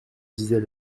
disait